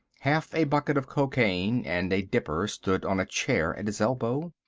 half a bucket of cocaine and a dipper stood on a chair at his elbow.